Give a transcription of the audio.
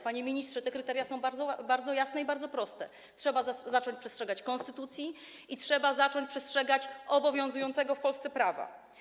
Panie ministrze, te kryteria są bardzo jasne i bardzo proste: trzeba zacząć przestrzegać konstytucji i trzeba zacząć przestrzegać obowiązującego w Polsce prawa.